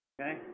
Okay